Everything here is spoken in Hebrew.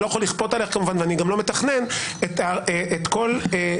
לא יכול לכפות עלייך ואני גם לא מתכנן את כל קורות